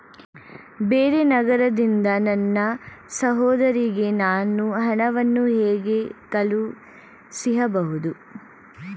ಬೇರೆ ನಗರದಿಂದ ನನ್ನ ಸಹೋದರಿಗೆ ನಾನು ಹಣವನ್ನು ಹೇಗೆ ಕಳುಹಿಸಬಹುದು?